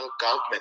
government